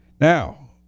Now